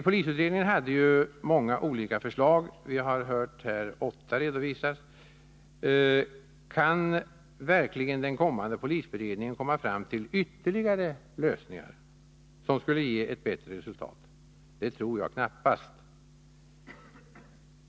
Polisutredningen hade många olika förslag. Vi har hört åtta redovisas här. Kan verkligen den kommande polisberedningen komma fram till ytterligare lösningar, som skulle ge ett bättre resultat? Det tror jag knappast.